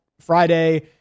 Friday